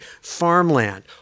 farmland